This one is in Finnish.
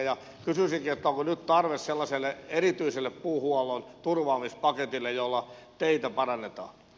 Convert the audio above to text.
kysyisinkin onko nyt tarve sellaiselle erityiselle puuhuollon turvaamispaketille jolla teitä parannetaan